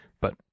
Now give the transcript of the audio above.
But-